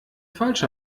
falsch